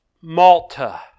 Malta